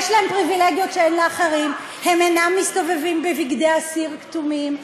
יש להם פריבילגיות שאין לאחרים: הם אינם מסתובבים בבגדי אסיר כתומים,